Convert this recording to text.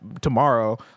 tomorrow